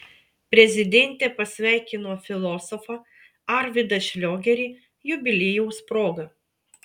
prezidentė pasveikino filosofą arvydą šliogerį jubiliejaus proga